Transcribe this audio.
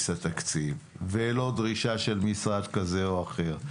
התקציב ולא דרישה של משרד כזה או אחר.